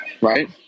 right